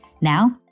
Now